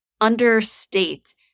understate